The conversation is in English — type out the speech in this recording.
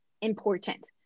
important